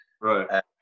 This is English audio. Right